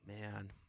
Man